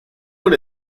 con